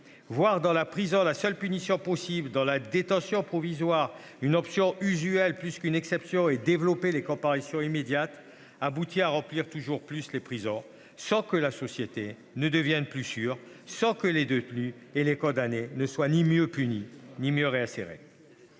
Voir dans la prison la seule punition possible, considérer la détention provisoire comme une option usuelle et non plus comme une exception et développer les comparutions immédiates conduit à remplir toujours plus les prisons. La société n'en est pas plus sûre ; les détenus et les condamnés ne sont ni mieux punis ni mieux réinsérés.